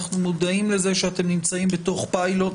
אנחנו מודעים לזה שאתם נמצאים בתוך פיילוט